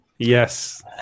Yes